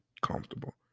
comfortable